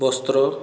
ବସ୍ତ୍ର